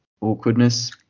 awkwardness